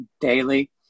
daily